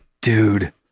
dude